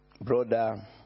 brother